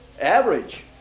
Average